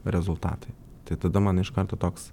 rezultatai tai tada man iš karto toks